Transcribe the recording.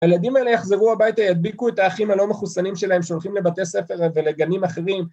הילדים האלה יחזרו הביתה ידביקו את האחים הלא מחוסנים שלהם שהולכים לבתי ספר ולגנים אחרים